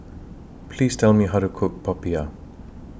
Please Tell Me How to Cook Popiah